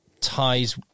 ties